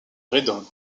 redon